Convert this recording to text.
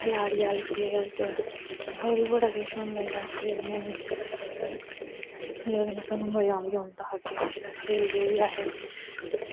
खलाढ़ी आई खेलदे होर बी बड़ा किश होंदा जेह्ड़ा अस खेलने होन्ने ते एह्दे कन्नै स्हानू मज़ा बी औंदा अग्गै पिच्छै अस खेलदे बी ऐहे